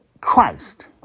Christ